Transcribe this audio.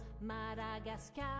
Madagascar